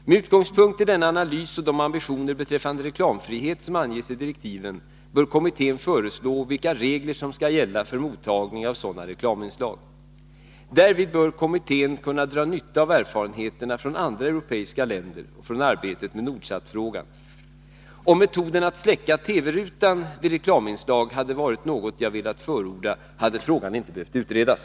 Med utgångspunkt i denna analys och de ambitioner beträffande reklamfrihet som anges i direktiven bör kommittén föreslå vilka regler som skall gälla för mottagning av sådana reklaminslag. Därvid bör kommittén kunna dra nytta av erfarenheterna från andra europeiska länder och från arbetet med Nordsatfrågan. Om metoden att släcka TV-rutan vid reklaminslag hade varit något jag velat förorda, hade frågan inte behövt utredas.